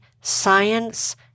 Science